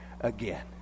again